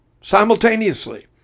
Simultaneously